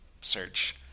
search